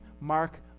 mark